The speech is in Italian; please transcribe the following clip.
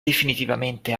definitivamente